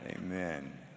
amen